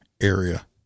area